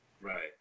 right